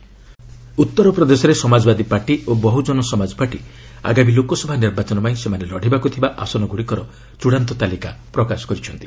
UP BSP alliance ଉତ୍ତରପ୍ରଦେଶରେ Samajwadi party ଓ Bahujan Samaj party ଆଗାମୀ ଲୋକସଭା ନିର୍ବାଚନ ପାଇଁ ସେମାନେ ଲଢ଼ିବାକୁ ଥିବା ଆସନଗୁଡ଼ିକର ଚୂଡ଼ାନ୍ତ ତାଲିକା ପ୍ରକାଶ କରିଛନ୍ତି